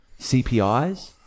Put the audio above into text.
CPIs